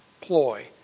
ploy